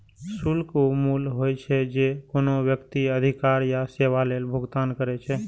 शुल्क ऊ मूल्य होइ छै, जे कोनो व्यक्ति अधिकार या सेवा लेल भुगतान करै छै